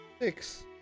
Six